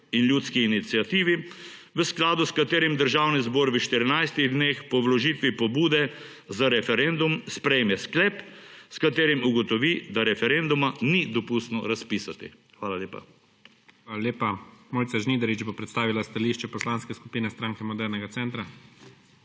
in ljudski iniciativi, v skladu s katerim Državni zbor v 14 dneh po vložitvi pobude za referendum sprejme sklep, s katerim ugotovi, da referenduma ni dopustno razpisati. Hvala lepa. PREDSEDNIK IGOR ZORČIČ: Hvala lepa. Mojca Žnidarič bo predstavila stališče Poslanske skupine Stranke modernega centra.